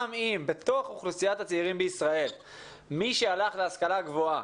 גם אם בתוך אוכלוסיית הצעירים בישראל מי שהלך להשכלה גבוהה